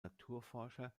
naturforscher